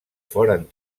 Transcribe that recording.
foren